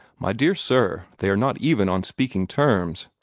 my dear sir, they are not even on speaking terms.